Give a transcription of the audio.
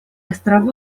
острова